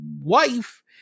wife